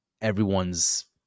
everyone's